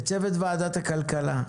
לצוות ועדת הכלכלה,